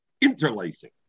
interlacing